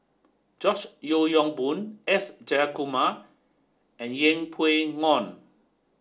George Yeo Yong Boon S Jayakumar and Yeng Pway Ngon